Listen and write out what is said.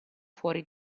fuori